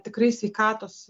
tikrai sveikatos